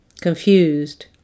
confused